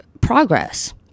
progress